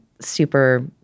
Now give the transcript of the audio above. super